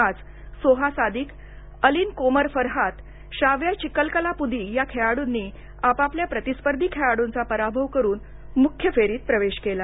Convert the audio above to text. आज सोहा सादिक अलिन कोमर फरहात श्राव्या चिलकलापुदी या खेळाडूंनी आपापल्या प्रतिस्पर्धी खेळाडूंचा पराभव करून मुख्य फेरीत प्रवेश केला